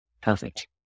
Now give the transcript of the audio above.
Perfect